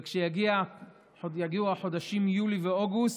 וכשיגיעו החודשים יולי ואוגוסט,